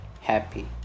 happy